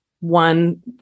one